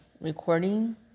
recording